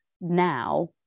now